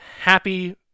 happy